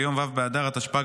ביום ו' באדר התשפ"ג,